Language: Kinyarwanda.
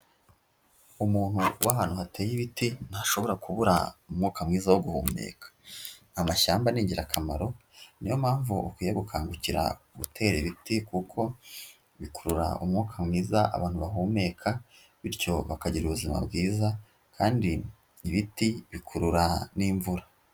Umuntu uba ahantu hateye ibiti ntashobora kubura umwuka mwiza wo guhumeka. Amashyamba ni ingirakamaro niyo mpamvu ukwiye gukangukira gutera ibiti kuko bikurura umwuka mwiza abantu bahumeka, bityo bakagira ubuzima bwiza kandi ibiti bikurura n'imvura.